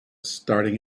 starting